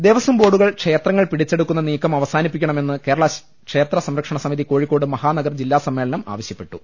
ദേവസ്വം ബോർഡുകൾ ക്ഷേത്രങ്ങൾ പിടിച്ചെടുക്കുന്ന നീക്കം അവസാനിപ്പിക്കണമെന്ന് കേരള ക്ഷേത്ര സംരക്ഷണസമിതി കോഴിക്കോട്ട് മഹാനഗർ ജില്ലാ സമ്മേളനം ആവശ്യപ്പെട്ടു